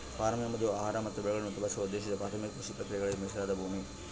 form ಎಂಬುದು ಆಹಾರ ಮತ್ತು ಬೆಳೆಗಳನ್ನು ಉತ್ಪಾದಿಸುವ ಉದ್ದೇಶದ ಪ್ರಾಥಮಿಕ ಕೃಷಿ ಪ್ರಕ್ರಿಯೆಗಳಿಗೆ ಮೀಸಲಾದ ಭೂಮಿ